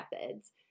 methods